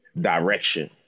direction